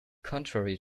contrary